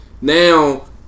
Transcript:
Now